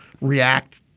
react